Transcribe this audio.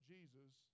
Jesus